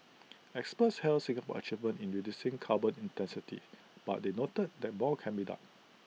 experts hailed Singapore's achievement in reducing carbon intensity but they noted that more can be done